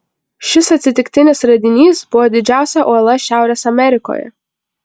šis atsitiktinis radinys buvo didžiausia uola šiaurės amerikoje